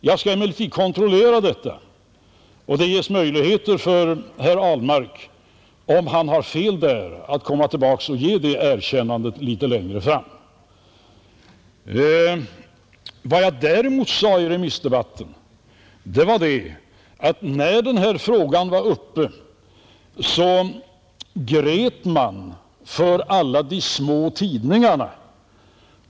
Jag skall emellertid kontrollera detta, och det ges möjligheter för herr Ahlmark, om han har fel, att komma tillbaks och ge det erkännandet litet längre fram. Vad jag däremot sade i remissdebatten var att man när den här frågan kom upp grät för alla de små tidningarna.